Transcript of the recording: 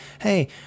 hey